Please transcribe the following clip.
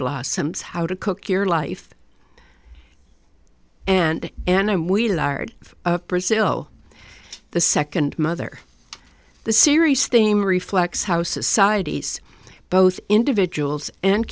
blossoms how to cook your life and and we lard brazil the second mother the series thing reflects how societies both individuals and